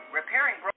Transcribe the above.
repairing